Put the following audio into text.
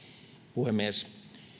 puhemies